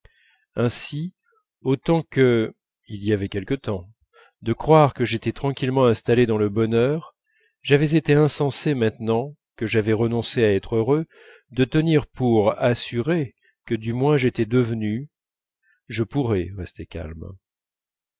ainsi autant que il y avait quelque temps de croire que j'étais tranquillement installé dans le bonheur j'avais été insensé maintenant que j'avais renoncé à être heureux de tenir pour assuré que du moins j'étais devenu je pourrais rester calme